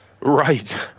Right